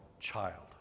child